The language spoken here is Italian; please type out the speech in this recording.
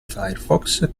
firefox